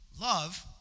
Love